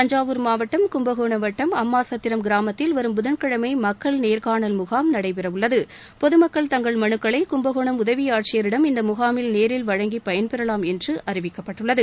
தஞ்சிவூர் மாவட்டம் கும்பகோணம் வட்டம் அம்மாசத்திரம் கிராமத்தில் வரும் புதன்கிழமை மக்கள் நேர்காணல் முகாம் நடைபெறவுள்ளது பொதுமக்கள் தங்கள் மனுக்களை கும்பகோணம் உதவி ஆட்சியரிடம் இந்த முகாமில் நேரில் வழங்கி பயன் பெறலாம் என்று அறிவிக்கப்பட்டுள்ளது